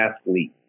athlete